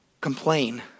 complain